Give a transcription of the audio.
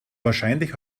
wahrscheinlich